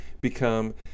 become